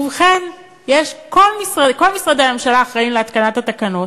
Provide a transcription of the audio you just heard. ובכן, כל משרדי הממשלה אחראים להתקנת התקנות.